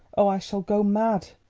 oh, i shall go mad!